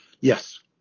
Yes